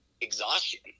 exhaustion